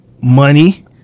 Money